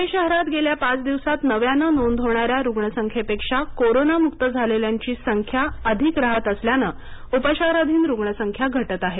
पूणे शहरात गेल्या पाच दिवसांत नव्याने नोंद होणाऱ्या रुग्ण संख्येपेक्षा कोरोनामुक्त झालेल्यांची संख्या अधिक राहत असल्यानं उपचाराधीन रुग्णसंख्या घटत आहे